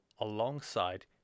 alongside